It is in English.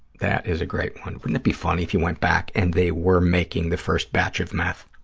that is a great one. wouldn't it be funny if you went back and they were making the first batch of meth?